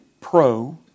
pro